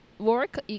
Work